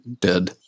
dead